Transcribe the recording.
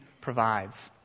provides